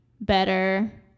better